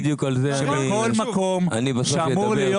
שבכל מקום שאמור להיות